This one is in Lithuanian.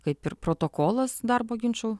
kaip ir protokolas darbo ginčų